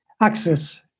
access